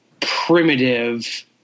primitive